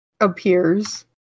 appears